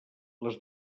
les